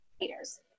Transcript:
leaders